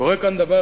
קורה כאן דבר,